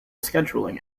scheduling